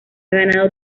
ganado